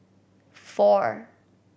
four